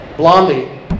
Blondie